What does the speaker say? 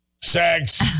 Sex